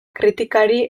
kritikari